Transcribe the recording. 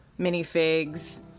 minifigs